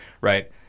right